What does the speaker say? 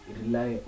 rely